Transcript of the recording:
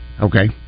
okay